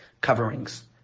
coverings